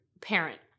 parent